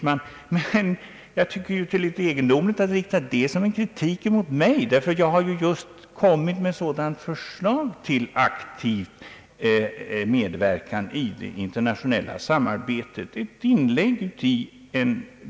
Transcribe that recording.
Men det är litet egendomligt att rikta detta som en kritik mot mig — jag har ju som ett inlägg i en viktig och allvarlig diskussion föreslagit just en aktiv medverkan i det internationella samarbetet.